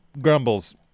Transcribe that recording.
grumbles